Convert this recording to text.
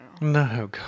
No